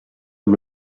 amb